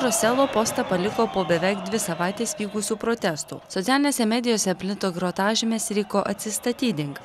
roselo postą paliko po beveik dvi savaites vykusių protestų socialinėse medijose plito grotažimės riko atsistatydink